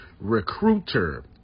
Recruiter